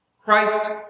Christ